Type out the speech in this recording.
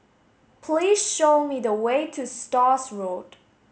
please show me the way to Stores Road